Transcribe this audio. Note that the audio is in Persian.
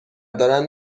دارن